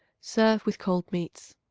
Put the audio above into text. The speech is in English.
serve with cold meats.